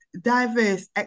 diverse